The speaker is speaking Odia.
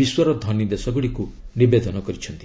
ବିଶ୍ୱର ଧନୀ ଦେଶଗୁଡ଼ିକୁ ନିବେଦନ କରିଛନ୍ତି